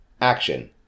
action